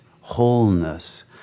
wholeness